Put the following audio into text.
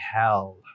hell